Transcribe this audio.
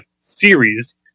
series